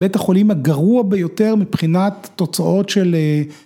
‫בית החולים הגרוע ביותר ‫מבחינת תוצאות של...